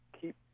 keep